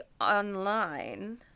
online